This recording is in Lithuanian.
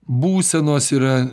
būsenos yra